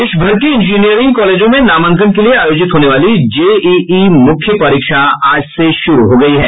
देश भर के इंजीनियरिंग कॉलेजों में नामांकन के लिये आयोजित होने वाली जेईई मुख्य परीक्षा आज से शुरू हो गयी है